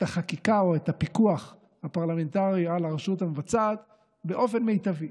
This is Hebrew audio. את החקיקה או את הפיקוח הפרלמנטרי על הרשות המבצעת באופן מיטבי.